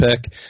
pick